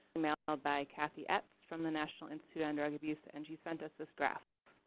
emailed ah by kathy epz from the national institute on drug abuse. and she sent us this draft.